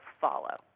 follow